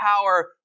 power